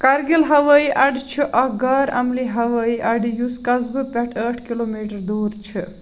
کرگِل ہوٲئی اڈٕ چھُ اَکھ غٲر عملی ہوٲئی اڈٕ یُس قصبہٕ پٮ۪ٹھٕ ٲٹھ كِلو میٖٹر دوُر چھُ